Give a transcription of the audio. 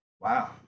Wow